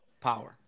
power